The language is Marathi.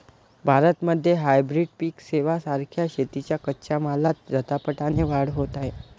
भारतामध्ये हायब्रीड पिक सेवां सारख्या शेतीच्या कच्च्या मालात झपाट्याने वाढ होत आहे